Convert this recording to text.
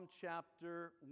chapter